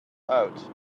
out